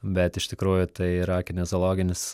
bet iš tikrųjų tai yra kineziologinis